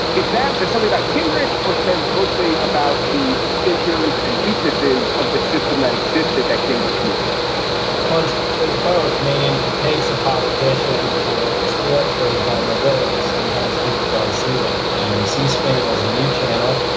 if that said something about gingrich or said it's mostly about the figures and weaknesses of the system that existed, that gingrich moved it well, it's it's both meaning it takes a politician to exploit those vulnerabilities. sometimes people don't see them. and c-span was a new channel.